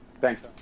Thanks